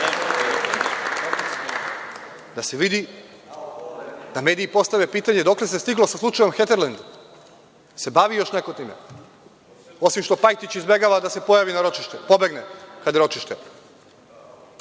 Da se vidi da mediji postave pitanje dokle se stiglo sa slučajem Heterledn. Da li se bavi još neko time? Osim što Pajtić izbegava da se pojavi na ročištu, pobegne kada je ročište.